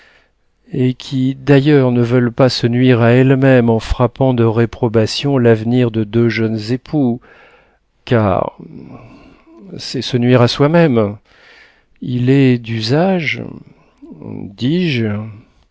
et qui d'ailleurs ne veulent pas se nuire à elles-mêmes en frappant de réprobation l'avenir de deux jeunes époux car cest se nuire à soi-même il est d'usage dis-je